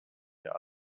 wir